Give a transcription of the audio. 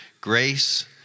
Grace